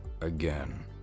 Again